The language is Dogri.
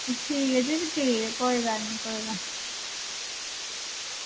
ठीक ऐ जी कोई गल्ल निं कोई गल्ल निं